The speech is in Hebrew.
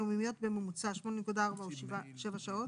שמועסק 6 ימים בשבוע (באחוזים/שקלים חדשים)